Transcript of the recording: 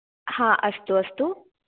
हा अस्तु अस्तु